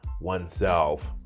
oneself